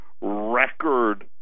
record